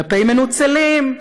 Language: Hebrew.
כלפי מנוצלים,